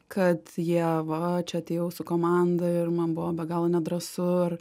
kad jie va čia atėjau su komanda ir man buvo be galo nedrąsu ar